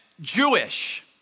Jewish